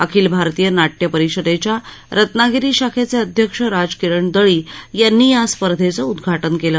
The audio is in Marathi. अखिल भारतीय नाट्य परिषदेच्या रत्नागिरी शाखेचे अध्यक्ष राजकिरण दळी यांनी या स्पर्धेचं उदघाटन केलं